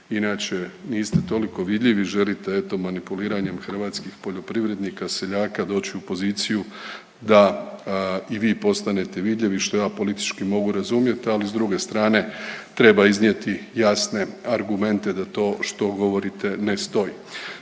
inače niste toliko vidljivi, želite eto manipuliranjem hrvatskih poljoprivrednika, seljaka doći u poziciju da i vi postanete vidljivi što ja politički mogu razumjeti. Ali s druge strane treba iznijeti jasne argumente da to što govorite ne stoji.